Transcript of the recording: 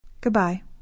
Goodbye